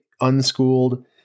unschooled